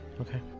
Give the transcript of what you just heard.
Okay